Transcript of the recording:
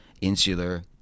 insular